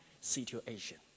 situation